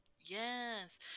Yes